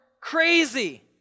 crazy